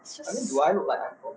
I mean do I look like I'm from